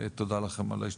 תודה לכם על ההשתתפות.